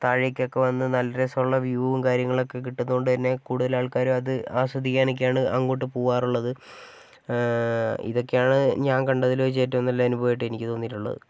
താഴേക്ക് ഒക്കെ വന്ന് നല്ല രസമുള്ള വ്യുവും കാര്യങ്ങളൊക്കെ കിട്ടുന്ന കൊണ്ട് തന്നെ കൂടുതലും ആൾക്കാർ അത് ആസ്വദിക്കാനൊക്കെയാണ് അങ്ങോട്ട് പോകാറുള്ളത് ഇതൊക്കെയാണ് ഞാൻ കണ്ടതിൽ വെച്ച് ഏറ്റവും നല്ല അനുഭവമായിട്ട് എനിക്ക് തോന്നിയിട്ടുള്ളത്